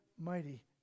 mighty